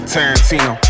Tarantino